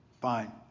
Fine